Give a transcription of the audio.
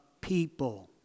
people